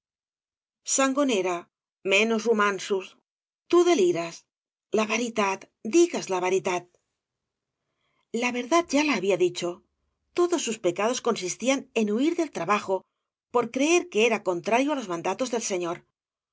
sangonera menos romansos tú delires la veritat dignes la veritat la verdad ya la había dicho todos sus pca dos consistían en huir del trabajo por creer que era contrario á loa mandatos del señor